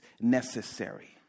necessary